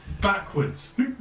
backwards